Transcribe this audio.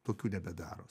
tokių nebedaro